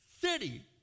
city